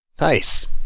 nice